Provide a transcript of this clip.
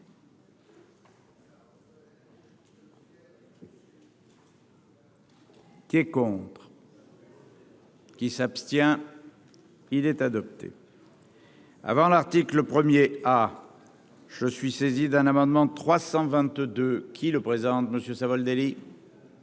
La température. Qui s'abstient, il est adopté. Avant l'article 1er ah je suis saisi d'un amendement 322 qui le présente monsieur Savoldelli.